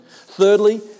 Thirdly